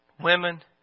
women